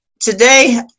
Today